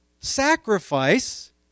Sacrifice